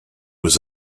was